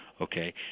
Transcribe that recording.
okay